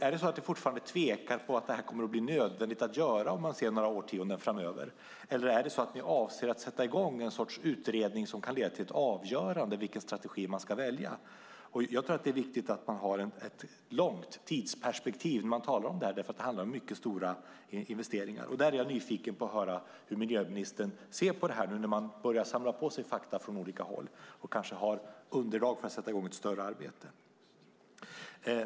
Tvekar ni fortfarande om att detta kommer att bli nödvändigt att göra om man ser några årtionden framöver, eller är det så att ni avser att sätta i gång en sorts utredning som kan leda till ett avgörande i fråga om vilken strategi som man ska välja? Jag tror att det är viktigt att man har ett långt tidsperspektiv när man talar om detta därför att det handlar om mycket stora investeringar. Där är jag nyfiken på att höra hur miljöministern ser på detta nu när man börjar samla på sig fakta från olika håll och kanske har underlag för att sätta i gång ett större arbete.